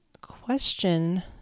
question